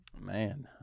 man